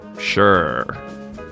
sure